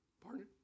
Pardon